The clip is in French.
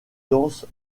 danse